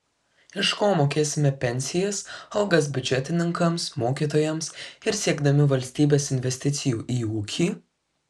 iš ko mokėsime pensijas algas biudžetininkams mokytojams ir siekdami valstybės investicijų į ūkį